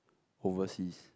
overseas